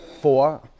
four